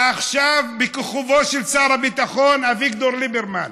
ועכשיו בכיכובו של שר הביטחון אביגדור ליברמן,